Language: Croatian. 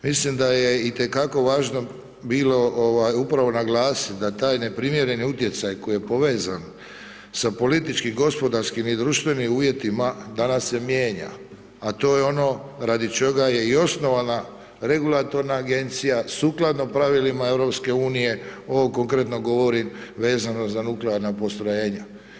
Mislim da je itekako važno bilo upravo naglasiti da taj neprimjereni utjecaj koji je povezan sa političkim, gospodarskim i društvenim uvjetima danas se mijenja a to je ono radi čega je i osnovana regulatorna agencija, sukladno pravilima EU, ovo konkretno govorim vezano za nuklearna postrojenja.